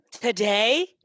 Today